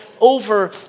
over